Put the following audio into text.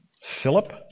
Philip